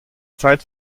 zeit